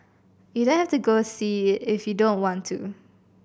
you don't have to go see it if you don't want to